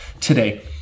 today